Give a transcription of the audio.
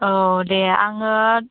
औ दे आङो